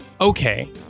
okay